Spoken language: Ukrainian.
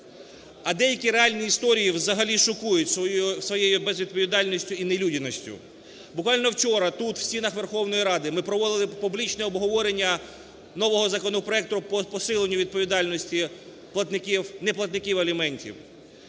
А деякі реальні історії взагалі шокують своєю безвідповідальністю і нелюдяністю. Буквально вчора, тут, в стінах Верховної Ради, ми проводили публічне обговорення нового законопроекту по посиленню відповідальності неплатників аліментів.